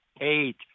eight